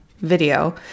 video